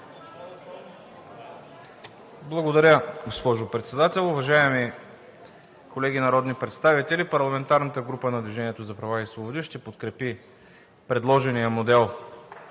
Благодаря, госпожо Председател. Уважаеми колеги народни представители, парламентарната група на „Движението за права и свободи“ ще подкрепи предложения модел